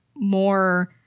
more